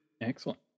Excellent